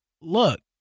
look